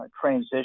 transition